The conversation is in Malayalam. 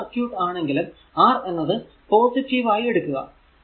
ഏതു സർക്യൂട് ആണെങ്കിലും R എന്നത് പോസിറ്റീവ് ആയി എടുക്കുക